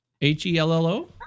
H-E-L-L-O